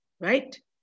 right